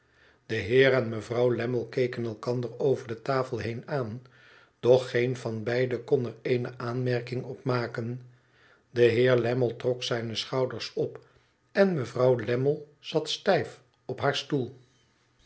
de heer en mevrouw lammie keken elkander over de tafel heen aan doch geen van beiden kon er eene aanmerking op maken de heer lammie trok zijne schouders op en mevrouw lammie zat stijf op haar stoel